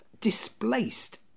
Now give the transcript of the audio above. displaced